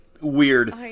weird